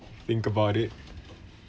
think about it